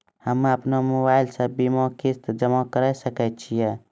हम्मे अपन मोबाइल से बीमा किस्त जमा करें सकय छियै?